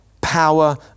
power